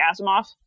Asimov